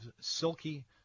silky